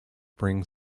bring